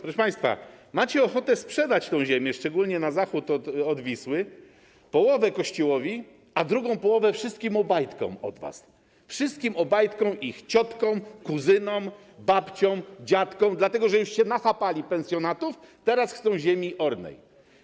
Proszę państwa, macie ochotę sprzedać tę ziemię, szczególnie na zachód od Wisły: połowę Kościołowi, a drugą połowę wszystkim Obajtkom od was, wszystkim Obajtkom, ich ciotkom, kuzynom, babciom, dziadkom, dlatego że już się nachapali pensjonatów, teraz chcą ziemi ornej.